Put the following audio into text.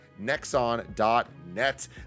nexon.net